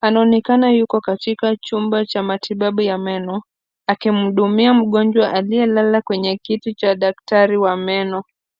Anaonekana yuko katika chumba cha matibabu ya meno, akimhudumia mgonjwa aliye lala kwenye kiti cha daktari wa meno.